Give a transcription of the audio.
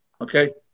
Okay